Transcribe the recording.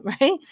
right